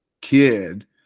kid